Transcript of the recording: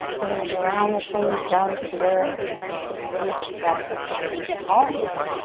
we're gonna ground the shoulders down to the earth and take the deepest breath you've taken all day.